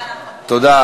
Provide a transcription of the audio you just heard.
תודה.